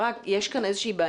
אני מבינה שיש כאן בעיה